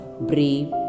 brave